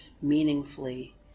meaningfully